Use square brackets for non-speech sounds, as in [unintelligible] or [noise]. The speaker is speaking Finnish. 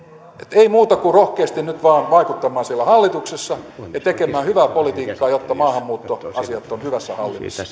ei muuta kuin rohkeasti nyt vain vaikuttamaan siellä hallituksessa ja tekemään hyvää politiikkaa jotta maahanmuuttoasiat ovat hyvässä hallinnassa [unintelligible]